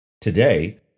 Today